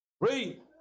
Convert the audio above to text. Read